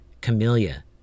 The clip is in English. Camellia